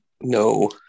No